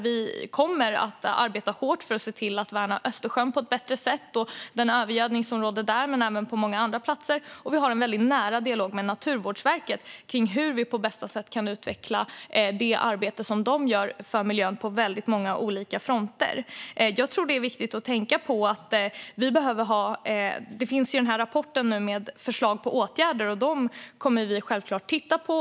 Vi kommer att arbeta hårt för att värna Östersjön på ett bättre sätt och hantera den övergödning som råder där och även på många andra platser. Och vi har en nära dialog med Naturvårdsverket kring hur vi på bästa sätt kan utveckla det arbete som de gör för miljön på väldigt många olika fronter. Det finns nu en rapport med förslag till åtgärder, och dem kommer vi självklart att titta på.